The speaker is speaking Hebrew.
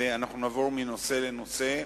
ואנחנו נעבור מנושא לנושא.